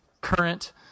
current